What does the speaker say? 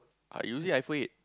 I using iPhone eight